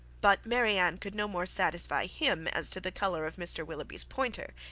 but marianne could no more satisfy him as to the colour of mr. willoughby's pointer,